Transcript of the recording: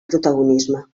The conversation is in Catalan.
protagonisme